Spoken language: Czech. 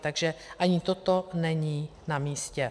Takže ani toto není namístě.